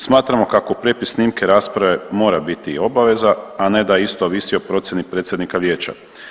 Smatramo kako prijepis snimke rasprave mora biti i obaveza, a ne da isto ovisi o procjeni predsjednika Vijeća.